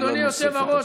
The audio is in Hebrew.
אדוני היושב-ראש,